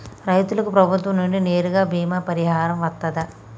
రైతులకు ప్రభుత్వం నుండి నేరుగా బీమా పరిహారం వత్తదా?